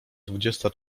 dwudziesta